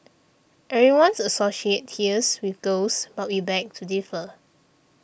everyone's associates tears with girls but we beg to differ